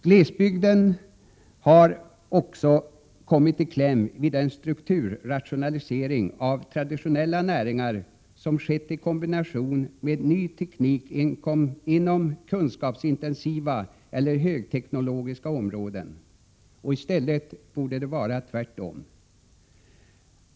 Glesbygden har också kommit i kläm vid den strukturrationalisering av traditionella näringar som skett i kombination med en ny teknik inom kunskapsintensiva eller högteknologiska områden. I stället borde det vara tvärtom.